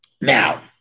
Now